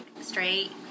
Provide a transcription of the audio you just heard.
straight